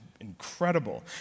incredible